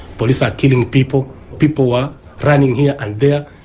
police are killing people, people are running here and there,